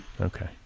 Okay